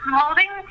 holding